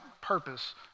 purpose